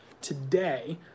today